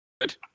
Good